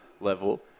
level